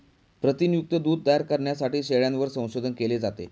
प्रथिनयुक्त दूध तयार करण्यासाठी शेळ्यांवर संशोधन केले जाते